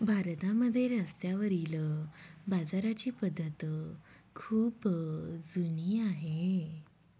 भारतामध्ये रस्त्यावरील बाजाराची पद्धत खूप जुनी आहे